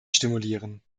stimulieren